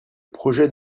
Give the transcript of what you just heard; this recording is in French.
projet